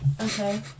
okay